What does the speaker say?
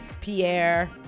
pierre